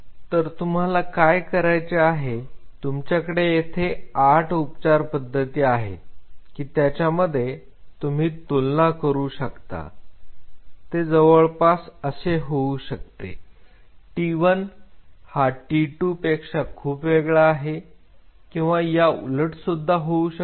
तर तुम्हाला काय करायचे आहे तुमच्याकडे येथे आठ उपचार पद्धती आहेत की त्याच्यामध्ये तुम्ही तुलना करू शकता ते जवळपास असे होऊ शकते T1 हा T2 पेक्षा खूप वेगळा आहे किंवा याउलट सुद्धा होऊ शकते